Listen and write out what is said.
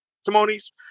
testimonies